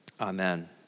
Amen